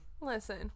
Listen